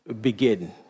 begin